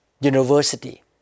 university